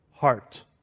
heart